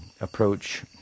approach